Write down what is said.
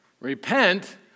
Repent